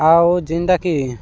ଆଉ ଯେନଟା କି